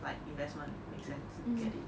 like investment make sense get it